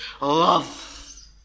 love